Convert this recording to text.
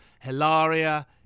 Hilaria